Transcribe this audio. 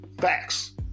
Facts